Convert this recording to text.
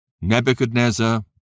Nebuchadnezzar